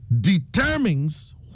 determines